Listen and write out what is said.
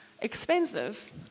expensive